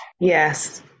Yes